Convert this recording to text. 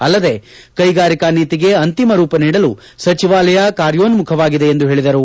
ಅಲ್ಲದೇ ಕೈಗಾರಿಕಾ ನೀತಿಗೆ ಅಂತಿಮ ರೂಪನೀಡಲು ಸಚಿವಾಲಯ ಕಾರ್ಯೋನ್ಮುಖವಾಗಿದೆ ಎಂದು ಹೇಳಿದರು